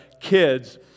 kids